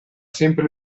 sempre